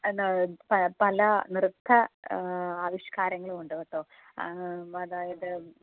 എന്താ പ പല നൃത്ത ആവിഷ്കാരങ്ങളും ഉണ്ട് കേട്ടോ അതായത്